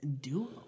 duo